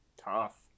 Tough